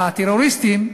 הטרוריסטים,